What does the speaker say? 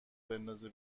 بندازه